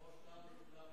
ראש להב